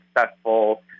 successful